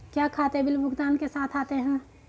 क्या खाते बिल भुगतान के साथ आते हैं?